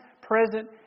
present